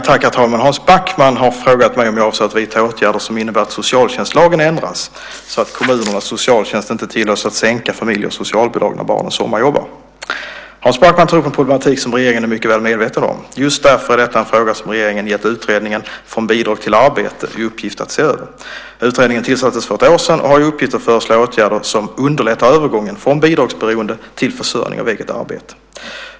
Herr talman! Hans Backman har frågat mig om jag avser att vidta åtgärder som innebär att socialtjänstlagen ändras så att kommunernas socialtjänst inte tillåts att sänka familjers socialbidrag när barnen sommarjobbar. Hans Backman tar upp en problematik som regeringen är mycket väl medveten om. Just därför är detta en fråga som regeringen gett utredningen Från bidrag till arbete i uppgift att se över. Utredningen tillsattes för ett år sedan och har i uppgift att föreslå åtgärder som underlättar övergången från bidragsberoende till försörjning av eget arbete.